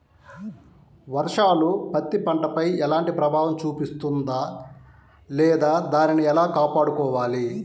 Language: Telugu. వర్షాలు పత్తి పంటపై ఎలాంటి ప్రభావం చూపిస్తుంద లేదా దానిని ఎలా కాపాడుకోవాలి?